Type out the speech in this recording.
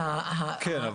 כן,